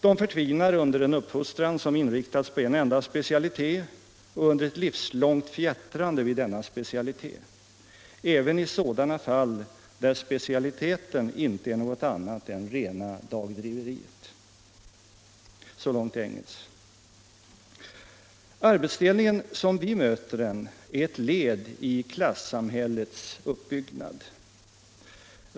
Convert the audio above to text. De förtvinar under en uppfostran som inriktas på en enda specialitet och under ett livslångt fjättrande vid denna specialitet — även i sådana fall där specialiteten inte är något annat än rena dagdriveriet.” Arbetsdelningen såsom vi möter den är ett led i klassamhällets uppbyggnad.